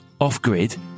off-grid